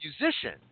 musician